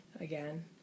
again